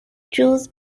jules